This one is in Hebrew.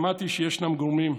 שמעתי שישנם גורמים,